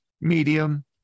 medium